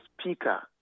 speaker